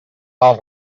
tal